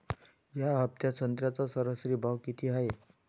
या हफ्त्यात संत्र्याचा सरासरी भाव किती हाये?